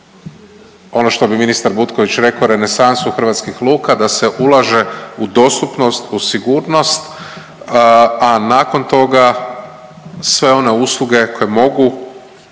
ono što bi ministar Butković rekao, renesansu hrvatskih luka, da se ulaže u dostupnost, u sigurnost, a nakon toga sve one usluge koje mogu